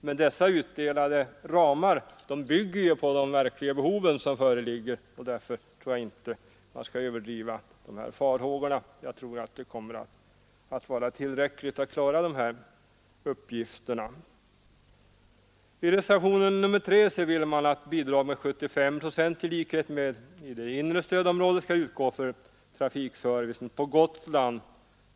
Men dessa ramar svarar mot det verkliga behovet, och jag tror inte att man skall överdriva farhågorna. Jag tror att detta kan vara tillräckligt för att klara dessa uppgifter. I reservationen 3 föreslås att bidrag med 75 procent i likhet med vad som gäller för det inre stödområdet skall utgå för trafikservicen på Gotland.